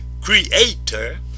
creator